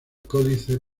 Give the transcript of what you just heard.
códice